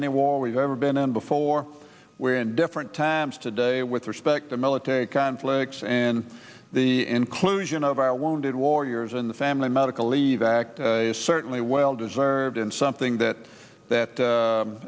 any war we've ever and then before we're in different times today with respect to military conflicts and the inclusion of our wounded warriors in the family medical leave act is certainly well deserved and something that